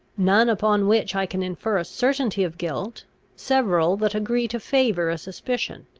none upon which i can infer a certainty of guilt several that agree to favour a suspicion.